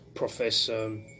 Professor